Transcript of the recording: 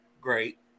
great